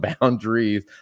boundaries